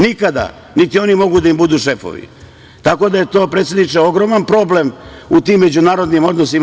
Nikada, niti oni mogu da im budu šefovi, tako da je to, predsedniče, ogroman problem u tim međunarodnim odnosima.